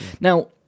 Now